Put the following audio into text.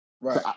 Right